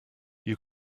you